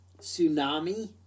tsunami